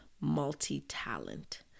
multi-talent